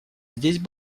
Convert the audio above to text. здесь